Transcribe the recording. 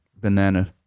Banana